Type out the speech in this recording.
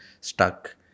stuck